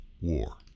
war